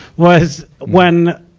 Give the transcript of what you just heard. was when,